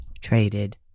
traded